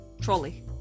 trolley